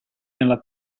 nella